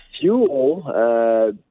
fuel